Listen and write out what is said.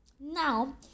Now